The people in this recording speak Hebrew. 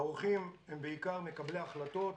האורחים הם בעיקר מקבלי החלטות,